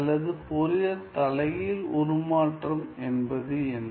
அல்லது ஃபோரியர் தலைகீழ் உருமாற்றம் என்பது என்ன